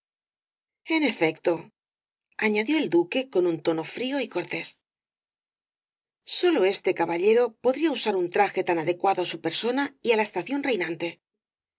en efecto añadió el duque con un tono frío y cortés sólo este caballero podría usar un traje tan adecuado á su persona y á la estación reinante